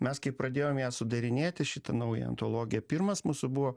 mes kai pradėjom ją sudarinėti šitą naują antologiją pirmas mūsų buvo